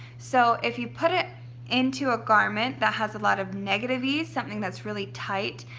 so if you put it into a garment that has a lot of negative ease, something that's really tight,